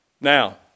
Now